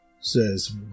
says